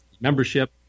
membership